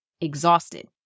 exhausted